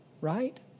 Right